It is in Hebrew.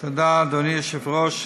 תודה, אדוני היושב-ראש.